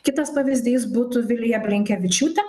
kitas pavyzdys būtų vilija blinkevičiūtė